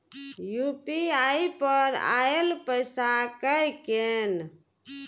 UPI पर आएल पैसा कै कैन?